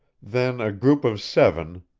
then a group of seven,